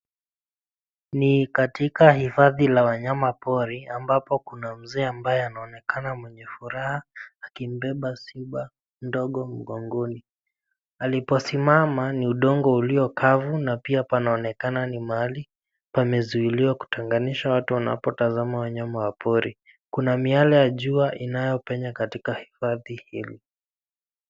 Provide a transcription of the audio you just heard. Ni katika hifadhi la wanyama pori, ambapo kuna mzee ambaye anaonekana mwenye furaha akimbeba simba mdogo mgongoni. Aliposimama ni udongo ulio kavu na pia panaonekana ni mahali pamezuiliwa kutenganisha watu wanpotazama wanyama wa pori. Kuna miale ya jua, inayopenya katika hifadhi hili.